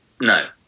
no